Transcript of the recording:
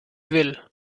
will